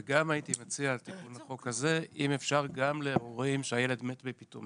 אני מנהל תחום אובדן ושכול